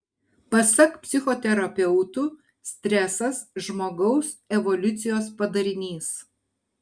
pasak psichoterapeutų stresas žmogaus evoliucijos padarinys